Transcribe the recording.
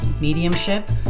mediumship